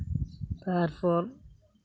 ᱛᱟᱨᱯᱚᱨ